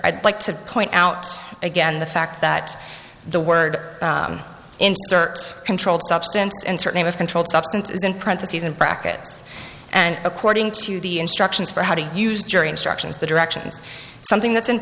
i'd like to point out again the fact that the word inserts controlled substance and certainly with controlled substances in print to seasoned brackets and according to the instructions for how to use jury instructions the directions something that's in